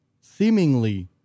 seemingly